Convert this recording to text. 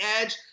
edge